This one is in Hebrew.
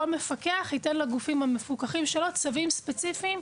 כל מפקח ייתן לגופים המפוקחים שלו צווים ספציפיים,